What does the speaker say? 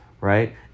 right